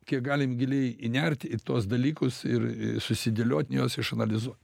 kiek galim giliai įnert į tuos dalykus ir i susidėliot juos išanalizuo